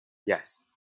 yes